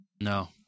No